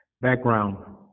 background